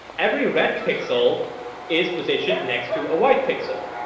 every red pixel is positioned next to a white pixel.